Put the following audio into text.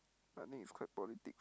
I think it's quite politic